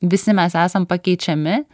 visi mes esam pakeičiami